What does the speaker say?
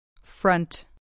Front